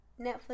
Netflix